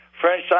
French